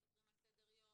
מספרים על סדר היום,